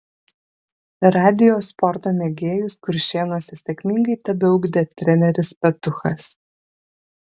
radijo sporto mėgėjus kuršėnuose sėkmingai tebeugdė treneris petuchas